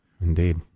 Indeed